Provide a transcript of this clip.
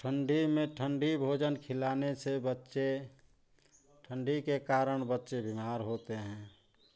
ठंडी में ठंडी भोजन खिलाने से बच्चे ठंडी के कारण बच्चे बीमार होते हैं